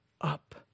up